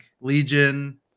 Legion